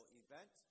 event